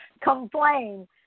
complain